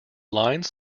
lines